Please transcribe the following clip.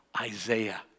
Isaiah